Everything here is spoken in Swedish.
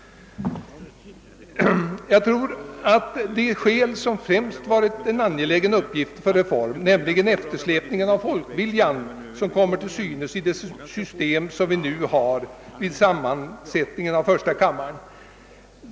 Det främsta skälet för genomförandet av reformen har varit eftersläpningen vid det nuvarande systemet då det gäller utslaget av folkviljan i första kammaren.